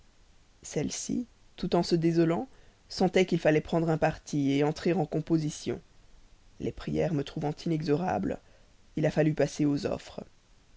celle-ci tout en se désolant sentait qu'il fallait prendre un parti entrer en composition les prières me trouvant inexorable il a fallu passer aux offres